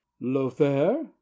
Lothair